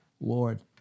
Lord